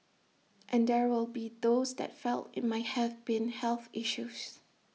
and there will be those that felt IT might have been health issues